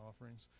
offerings